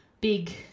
big